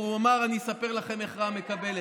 הוא אמר: אני אספר לכם איך רע"מ מקבלת.